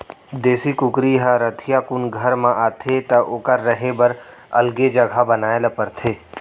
देसी कुकरी ह रतिहा कुन घर म आथे त ओकर रहें बर अलगे जघा बनाए ल परथे